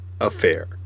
affair